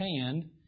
hand